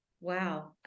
Wow